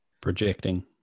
Projecting